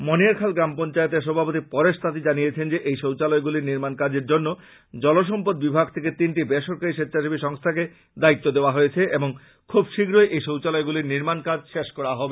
মণিয়ারখাল গ্রাম পঞ্চায়েতের সভাপতি পরেশ তাঁতি জানিয়েছেন যে এই শৌচালয়গুলির নির্মান কাজের জন্য জল সম্পদ বিভাগ থেকে তিনটি বেসরকারী স্বেচ্ছাসেবী সংস্থাকে দায়িতু দেওয়া হয়েছে এবং খুব শীঘ্রই এই শৌচালয়গুলির নির্মান কাজ শেষ করা হবে